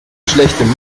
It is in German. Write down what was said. schlechtem